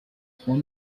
phone